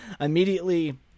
immediately